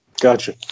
Gotcha